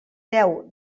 deu